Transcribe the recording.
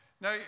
Now